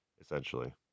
essentially